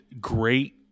great